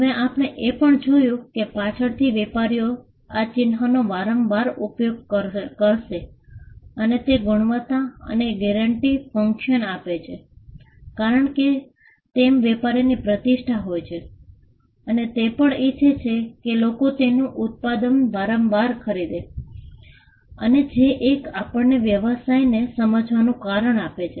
હવે આપણે એ પણ જોયું કે પાછળથી વેપારીઓ આ ચિન્હનો વારંવાર ઉપયોગ કરશે અને તે ગુણવત્તા અને ગેરંટી ફંક્શન આપે છે કારણ કે તેમ વેપારીની પ્રતિષ્ઠા હોય છે અને તે પણ ઇચ્છે છે કે લોકો તેનું ઉત્પાદન વારંવાર ખરીદે અને જે એક આપણને વ્યવસાયને સમજવાનું કારણ આપે છે